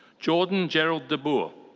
jordan gerald deboor.